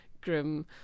grim